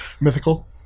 Mythical